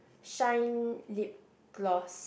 shine lip gloss